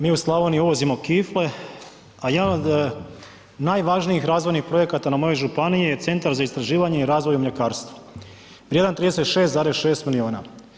Mi u Slavoniji uvozimo kifle, a jedan od najvažnijih razvojnih projekata na mojoj županiji je Centar za istraživanje i razvoj mljekarstva, vrijedan 36,6 milijuna.